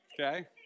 okay